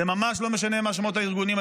זה ממש לא משנה מה שמות הארגונים,